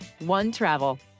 OneTravel